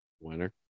winner